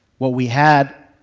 what we had,